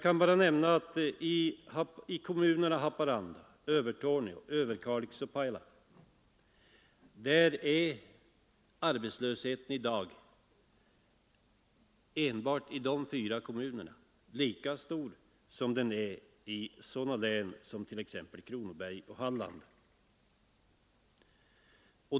Enbart i kommunerna Haparanda, Övertorneå, Överkalix och Pajala är arbetslösheten i dag lika stor som i sådana län som Kronoberg och Halland.